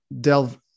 delve